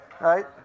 Right